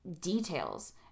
details